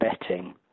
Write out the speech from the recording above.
betting